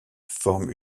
forme